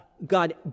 God